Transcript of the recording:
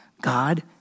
God